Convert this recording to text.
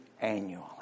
annually